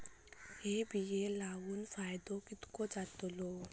हे बिये लाऊन फायदो कितको जातलो?